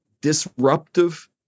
disruptive